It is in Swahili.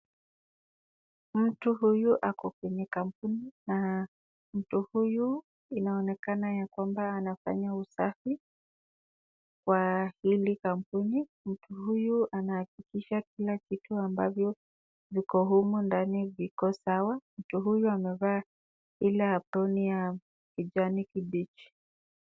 Mtu huyu ako kwenye kampuni mtu huyu inaonekana ya kwamba anafanya usafi kwa hili kampuni. Mtu huyu anahakikisha kila kitu ambavyo viko humu ndani viko sawa mtu huyu amevaa ile aproni ya kijani kibichi.